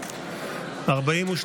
בדבר הפחתת תקציב לא נתקבלו.